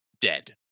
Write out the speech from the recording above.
dead